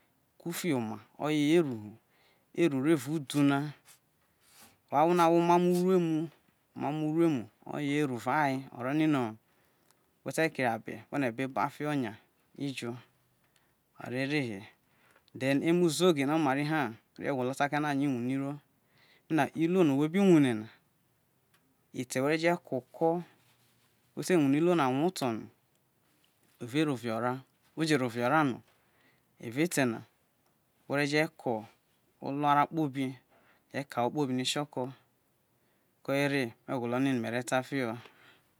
ku fio ama oye ho eru hu, eru ro evo udu na ahwo na awo emamo ure̱mu eru eva aye, wete kerio be ino we be ba fio ya ijo aro eve he then emo izoge na omari ha mere gwolo ta kae no a ye wane̱ iruo, no iruo no we be wane na ete̱ we̱re̱ jo ko oko wete wane̱ ro vie ora, we je rovie ora no ewao ete̱ na were je ko olua ra kpobi ko ahwo kpobi ni kio̱ko̱ ko eve me gwolo ne no me̱re̱ ta fi lo